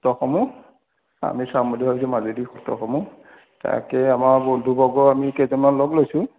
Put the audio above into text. সত্ৰসমূহ আমি চাম বুলি ভাবিছোঁ মাজুলীৰ সত্ৰসমূহ তাকে আমাৰ বন্ধুবৰ্গ আমি কেইজনমান লগ লৈছোঁ